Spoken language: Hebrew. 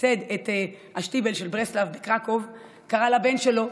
שייסד את השטיבל של ברסלאו בקרקוב, קרא לבן שלו,